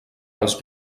els